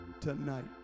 tonight